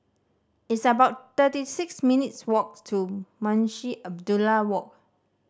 it's about thirty six minutes' walks to Munshi Abdullah Walk